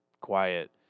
quiet